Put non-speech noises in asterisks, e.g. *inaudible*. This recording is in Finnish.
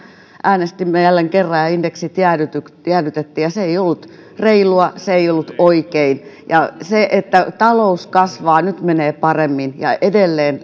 äänestimme jälleen kerran ja indeksit jäädytettiin se ei ollut reilua se ei ollut oikein se että talous kasvaa nyt menee paremmin ja edelleen *unintelligible*